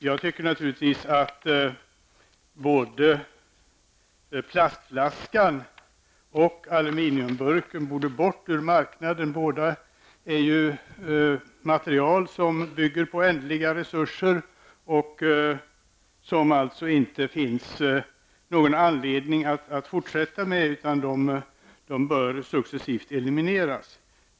Jag tycker naturligtvis att både plastflaskan och aluminiumburken borde försvinna från marknaden. Det är ju i båda fallen fråga om material som bygger på ändliga resurser, som det alltså inte finns någon anledning att fortsätta med. De bör successivt elimineras.